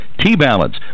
T-Balance